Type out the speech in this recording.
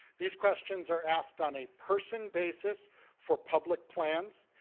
these questions are asked on a person basis for public plans,